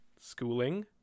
schooling